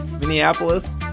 Minneapolis